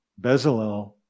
Bezalel